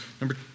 number